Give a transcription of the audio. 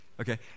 okay